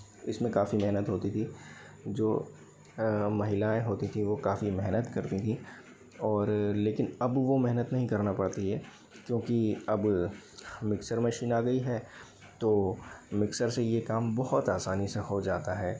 इसमें काफ़ी मेहनत होती थी जो महिलाएँ होती थीं वो काफ़ी मेहनत करती थीं और लेकिन अब वो मेहनत नहीं करना पड़ती है क्योंकि अब मिक्सर मशीन आ गयी है तो मिक्सर से ये काम बहुत आसानी से हो जाता है